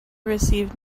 received